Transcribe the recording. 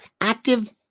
active